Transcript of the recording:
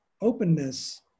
openness